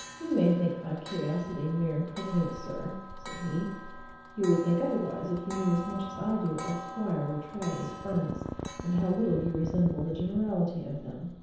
you may think my curiosity mere impertinence, sir, said he you would think otherwise if you knew as much as i do of squire rattray's friends and how little you resemble the generality of them.